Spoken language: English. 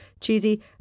cheesy